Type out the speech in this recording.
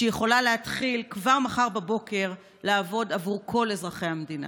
שיכולה להתחיל כבר מחר בבוקר לעבוד עבור כל אזרחי המדינה.